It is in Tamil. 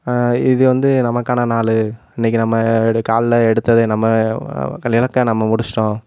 இது வந்து நமக்கான நாள் இன்றைக்கி நம்ம எடு கால்ல எடுத்தது நம்ம இலக்க நம்ம முடிச்சிட்டோம்